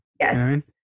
yes